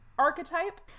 Archetype